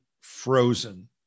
frozen